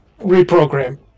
Reprogram